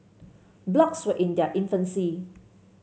blogs were in their infancy